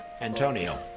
Antonio